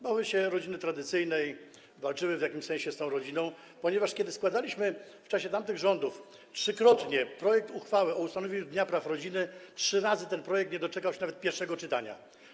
Bały się rodziny tradycyjnej, walczyły w jakimś sensie z tą rodziną, ponieważ kiedy składaliśmy w czasie tamtych rządów trzykrotnie projekt uchwały o ustanowieniu Dnia Praw Rodziny, trzy razy ten projekt nie doczekał się nawet pierwszego czytania.